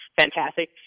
fantastic